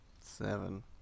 Seven